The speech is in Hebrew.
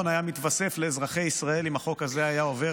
היה מתווסף לאזרחי ישראל אם החוק הזה היה עובר,